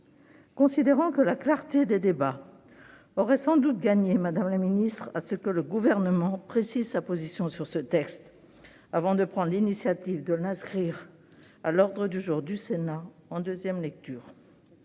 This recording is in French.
Considérant que la clarté des débats aurait sans doute gagné, madame la ministre, à ce que le Gouvernement précise sa position sur ce texte avant de prendre l'initiative de l'inscrire à l'ordre du jour du Sénat en deuxième lecture